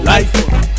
Life